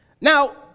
Now